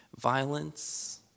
Violence